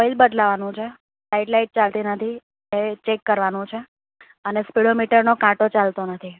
oil બદલાવવાનું છે side light ચાલતી નથી એ ચેક કરવાનું છે અને સ્પીડોમીટરનો કાંટો ચાલતો નથી